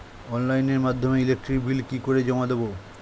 অনলাইনের মাধ্যমে electric bill কি করে জমা দেবো?